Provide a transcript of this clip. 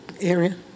area